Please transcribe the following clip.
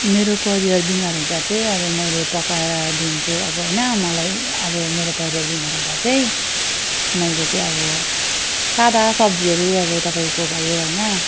मेरो परिवार बिमार हुँदा चाहिँ अब मैले पकाएर दिन्छु अब होइन मलाई अब मेरो परिवार बिमार हुदाँ चाहिँ मैले चाहिँ अब सादा सब्जीहरू अब तपाईँको भयो होइन